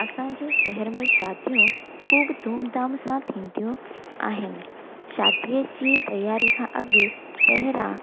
असांजे शहर में शादियूं ख़ूबु धूम धाम सां थींदियूं आहिनि शादीअ जी तियारीअ खां अॻु पहिरियां